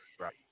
Right